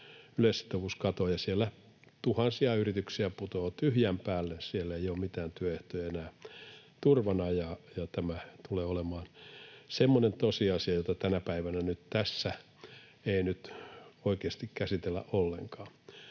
yleissitovuus katoaa ja siellä tuhansia yrityksiä putoaa tyhjän päälle, siellä ei ole mitään työehtoja enää turvana. Tämä tulee olemaan semmoinen tosiasia, jota tänä päivänä tässä ei nyt oikeasti käsitellä ollenkaan.